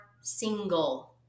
single